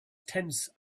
tense